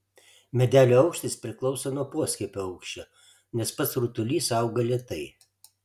medelio aukštis priklauso nuo poskiepio aukščio nes pats rutulys auga lėtai